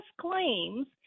claims